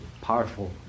powerful